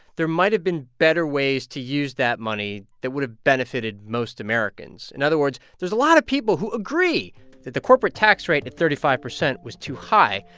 there might've been better ways to use that money that would've benefited most americans. in other words, there's a lot of people who agree that the corporate tax rate at thirty five percent was too high.